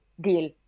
deal